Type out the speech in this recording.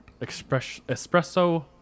espresso